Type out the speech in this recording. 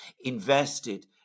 invested